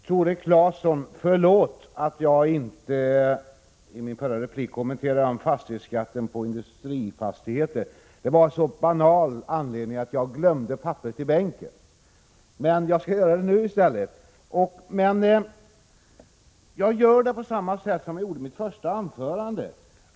Herr talman! Förlåt, Tore Claeson, att jag i min förra replik inte kommenterade frågan om fastighetsskatten på industrifastigheter. Anledningen till det var så banal som att jag hade glömt papperet i bänken. Jag skall kommentera den saken nu i stället, men jag gör det på samma sätt som jag gjorde i mitt första anförande.